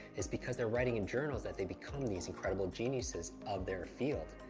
it's because they're writing in journals that they become these incredible geniuses of their field.